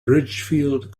ridgefield